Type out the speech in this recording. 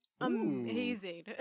Amazing